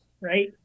right